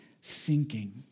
sinking